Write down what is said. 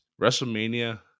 WrestleMania